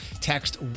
text